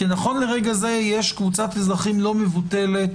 כי נכון לרגע זה יש קבוצת אזרחים לא מבוטלת